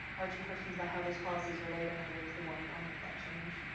arching questions about how those policies relate? i know there was the one and i'll make that change